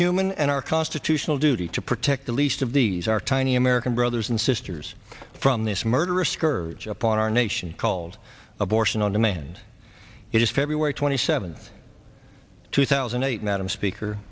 human and our constitutional duty to protect the least of these our tiny american brothers and sisters from this murderous scourge upon our nation called abortion on demand it is february twenty seventh two thousand and eight madam speaker